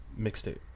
mixtape